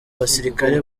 abasirikare